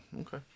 Okay